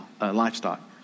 livestock